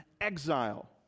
exile